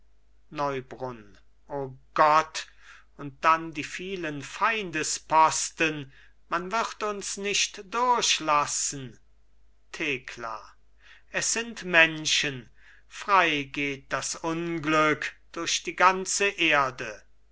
neubrunn o gott und dann die vielen feindesposten man wird uns nicht durchlassen thekla es sind menschen frei geht das unglück durch die ganze erde